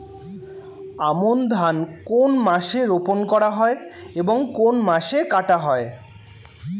আমন ধান কোন মাসে রোপণ করা হয় এবং কোন মাসে কাটা হয়?